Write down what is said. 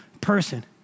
person